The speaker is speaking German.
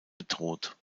bedroht